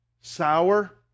sour